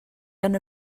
gan